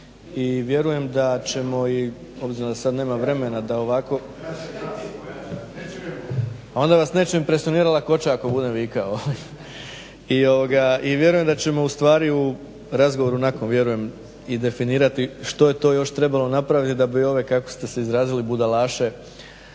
i vjerujem da ćemo i obzirom da sad nema vremena da ovako. …/Upadica se ne razumije./… Onda vas neće impresionirat lakoća ako budem vikao. I vjerujem da ćemo ustvari u razgovoru nakon, vjerujem i definirati što je to još trebalo napraviti da bi ove kako ste se izrazili budalaše